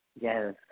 Yes